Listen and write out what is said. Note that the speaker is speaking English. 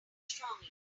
strongly